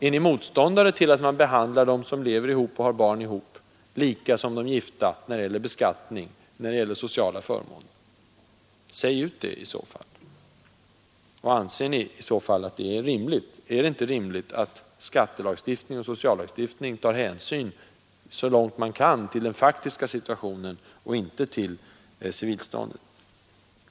Är ni motståndare till att man behandlar dem som bor ihop och har barn tillsammans lika som de gifta när det gäller beskattning och sociala förmåner? Säg ut det i så fall. Anser ni inte att det är rimligt att man inom skatteoch sociallagstiftning tar hänsyn så långt man kan till den faktiska situationen och inte till civilståndet?